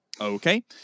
Okay